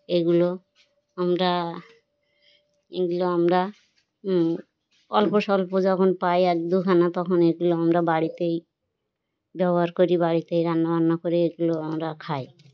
এগুলো আমরা এগুলো আমরা অল্প স্বল্প যখন পাই এক দুখানা তখন এগুলো আমরা বাড়িতেই ব্যবহার করি বাড়িতেই রান্না বান্না করে এগুলো আমরা খাই